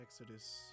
Exodus